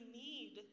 need